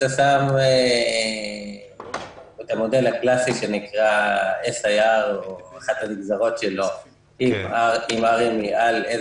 כשאתה שם את המודל הקלאסי שנקרא SIR או אחת הנגזרות שלו עם R מעל...